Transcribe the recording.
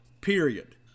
period